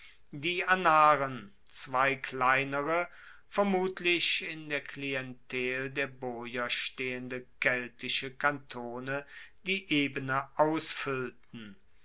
die anaren zwei kleinere vermutlich in der klientel der boier stehende keltische kantone die ebene